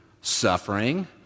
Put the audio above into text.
suffering